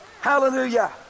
Hallelujah